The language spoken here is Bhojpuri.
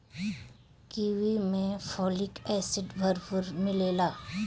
कीवी में फोलिक एसिड भरपूर मिलेला